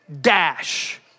dash